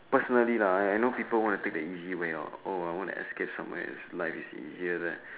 personally lah I know people want to take it easy when you ask somewhere likes it easier